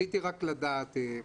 בבקשה.